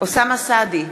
אוסאמה סעדי,